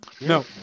No